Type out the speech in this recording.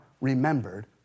remembered